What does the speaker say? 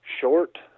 short